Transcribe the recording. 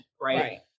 right